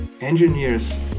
Engineers